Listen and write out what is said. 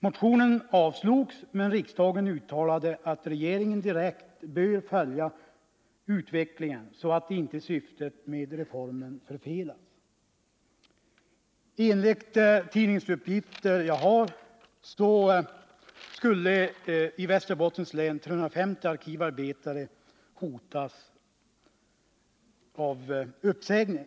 Motionen avslogs, men riksdagen uttalade att regeringen direkt borde följa utvecklingen, så att inte syftet med reformen om anställning med lönebidrag förfelades. Enligt tidningsuppgifter hotas i Västerbottens län 350 arkivarbetare av uppsägning.